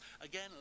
Again